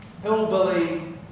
hillbilly